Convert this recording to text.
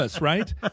right